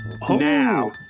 Now